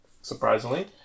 surprisingly